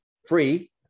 free